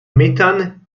methane